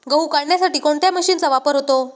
गहू काढण्यासाठी कोणत्या मशीनचा वापर होतो?